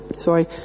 sorry